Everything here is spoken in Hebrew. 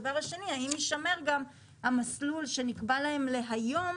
דבר שני האם יישמר גם המסלול שנקבע להם להיום